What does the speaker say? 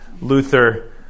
Luther